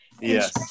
Yes